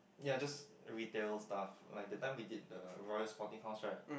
ya just retail stuffs like that time we did the royal sporting house right